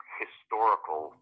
historical